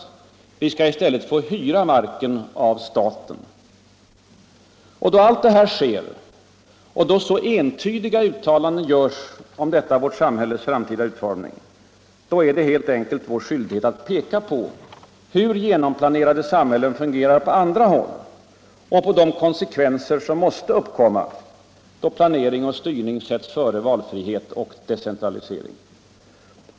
Vi skall i stället få hyra marken Då allt detta sker och då så entydiga uttalanden görs om detta vårt samhälles framtida utformning, då är det helt enkelt vår skyldighet att peka på hur genomplanerade samhällen fungerar på andra håll och på de konsekvenser som måste uppkomma, då planering och styrning sätts före valfrihet och decentralisering.